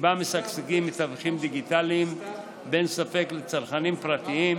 שבה משגשגים מתווכים דיגיטליים בין ספק לצרכנים פרטיים,